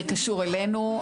זה קשור אלינו,